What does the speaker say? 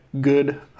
good